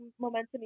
Momentum